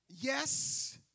Yes